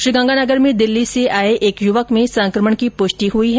श्रीगंगानगर में दिल्ली से आये एक युवक में संक्रमण की पुष्टि हुई है